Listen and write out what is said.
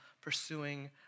pursuing